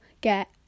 get